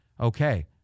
Okay